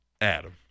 Adam